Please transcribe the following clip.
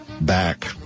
back